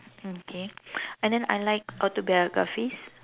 okay and then I like autobiographies